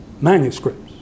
manuscripts